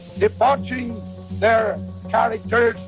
debauching their characters,